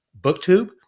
BookTube